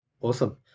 awesome